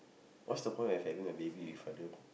what's the point of having a baby with other